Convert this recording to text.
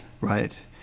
Right